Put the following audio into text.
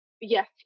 yes